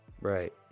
right